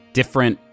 different